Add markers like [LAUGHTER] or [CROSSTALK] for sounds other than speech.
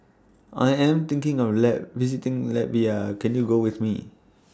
I Am thinking of [UNINTELLIGIBLE] visiting Latvia Can YOU Go with Me